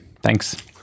thanks